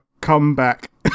comeback